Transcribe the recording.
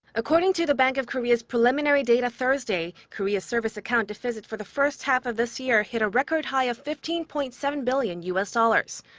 according to the bank of korea's preliminary data thursday, korea's service account deficit for the first half of this year hit a record high of fifteen point seven billion u s. dollars.